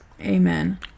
Amen